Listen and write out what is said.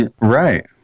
Right